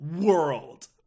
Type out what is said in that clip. world